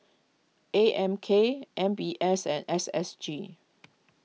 A M K M B S and S S G